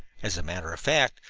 as a matter of fact,